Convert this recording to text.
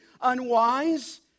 unwise